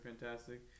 Fantastic